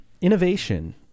innovation